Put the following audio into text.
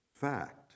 fact